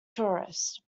tourists